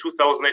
2008